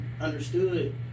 understood